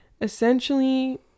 essentially